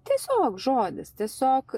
tiesiog žodis tiesiog